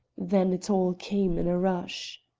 then it all came in a rush.